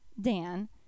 Dan